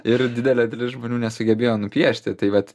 ir didelė dalis žmonių nesugebėjo nupiešti tai vat